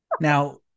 Now